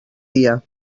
dia